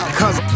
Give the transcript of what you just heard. cause